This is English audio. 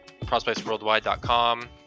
prospectsworldwide.com